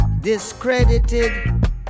Discredited